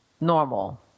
normal